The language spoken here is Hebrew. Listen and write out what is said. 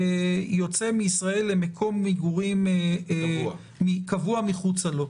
יוצא מישראל למקום מגורים קבוע מחוץ לישראל.